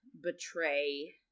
betray